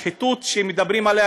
השחיתות שמדברים עליה,